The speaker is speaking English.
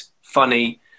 funny